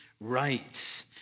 right